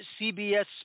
CBS